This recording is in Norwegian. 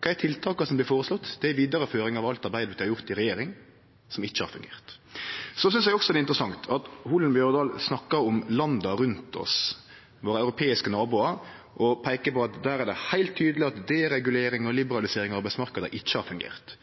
Kva er tiltaka som blir føreslåtte? Det er ei vidareføring av alt Arbeidarpartiet har gjort i regjering – som ikkje har fungert. Eg synest òg det er interessant at Holen Bjørdal snakkar om landa rundt oss, våre europeiske naboar, og peiker på at der er det heilt tydeleg at deregulering og liberalisering av arbeidsmarknaden ikkje har fungert.